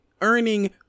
earning